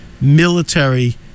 military